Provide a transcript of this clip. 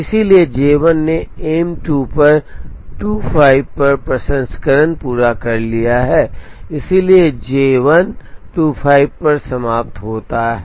इसलिए J 1 ने M 2 पर 25 पर प्रसंस्करण पूरा कर लिया है इसलिए J 1 25 पर समाप्त होता है